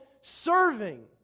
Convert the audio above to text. serving